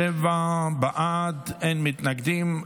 שבעה בעד, אין מתנגדים.